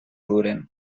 duren